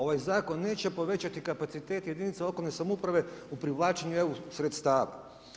Ovaj zakon neće povećati kapacitet jedinica lokalne samouprave u privlačenju EU sredstava.